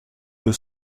deux